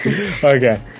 Okay